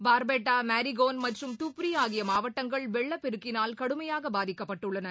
பார்பேட்டா மாரிகோன் மற்றும் துப்ரி ஆகிய மாவட்டங்கள் வெள்ளப் பெருக்கினால் கடுமையாக பாதிக்கப்பட்டுள்ளன